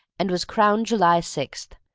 and was crowned july six.